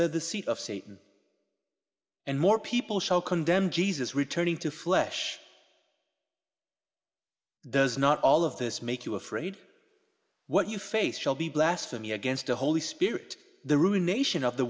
their the seed of satan and more people shall condemn jesus returning to flesh does not all of this make you afraid what you face shall be blasphemy against the holy spirit the ruination of the